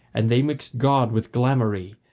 and they mixed god with glamoury,